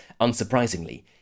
unsurprisingly